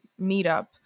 meetup